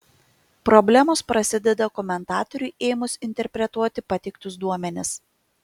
problemos prasideda komentatoriui ėmus interpretuoti pateiktus duomenis